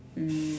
mm